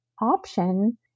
option